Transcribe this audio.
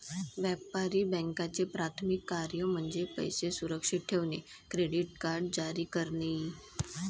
व्यापारी बँकांचे प्राथमिक कार्य म्हणजे पैसे सुरक्षित ठेवणे, क्रेडिट कार्ड जारी करणे इ